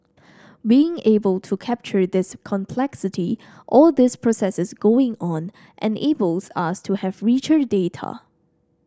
being able to capture this complexity all these processes going on enables us to have richer data